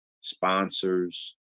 sponsors